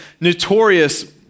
notorious